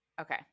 Okay